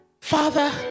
Father